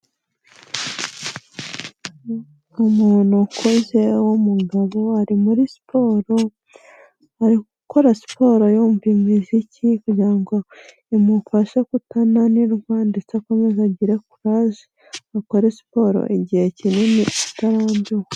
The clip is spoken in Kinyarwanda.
Umuntu ukuze w'umugabo ari muri siporo, ari gukora siporo yumva umuziki kugira ngo imufashe kutananirwa ndetse akome agira kurage akore siporo igihe kinini atarambiwe.